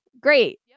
Great